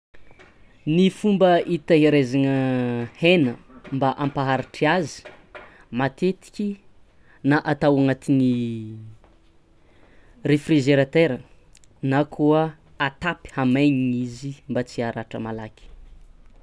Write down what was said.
Ny fomba itaihiraizagna haina mba ampaharitry azy matetiky na atao agnatin'ny réfrigerateur na koa atapy hamaignigny izy mba tsy haratra malaky.